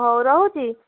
ହଉ ରହୁଛି